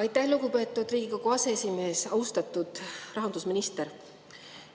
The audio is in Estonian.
Aitäh, lugupeetud Riigikogu aseesimees! Austatud rahandusminister!